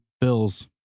Bills